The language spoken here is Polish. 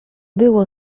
było